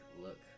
look